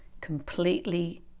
completely